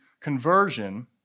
conversion